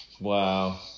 Wow